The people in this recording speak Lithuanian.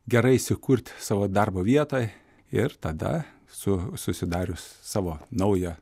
gerai įsikurt savo darbo vietoj ir tada su susidarius savo naują